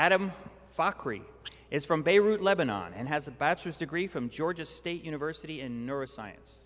adam is from beirut lebanon and has a bachelor's degree from georgia state university in north science